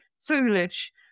Foolish